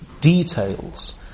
details